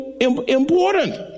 important